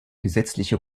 gesetzliche